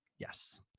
Yes